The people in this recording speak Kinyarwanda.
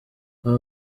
aba